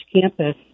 campus